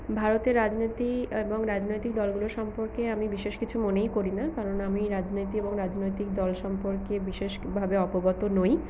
ভারতের রাজনীতি এবং রাজনৈতিক দলগুলো সম্পর্কে আমি বিশেষ কিছু মনেই করিনা কারন আমি রাজনীতি ও রাজনৈতিক দল সম্পর্কে বিশেষভাবে অবগত নই